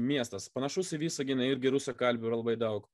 miestas panašus į visaginą irgi rusakalbių yra labai daug